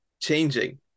changing